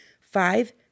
five